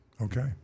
Okay